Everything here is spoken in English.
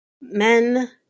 men